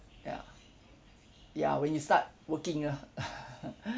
ya ya when you start working lah